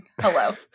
hello